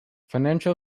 financial